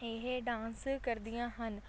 ਇਹ ਡਾਂਸ ਕਰਦੀਆਂ ਹਨ